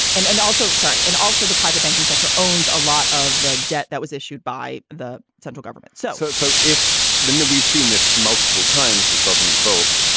and and also sorry. and also the private banking sector owns a lot of the debt that was issued by the central governments so so if then then we've seen this multiple times with sovereign defaults,